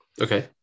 Okay